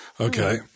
Okay